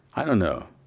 i don't know,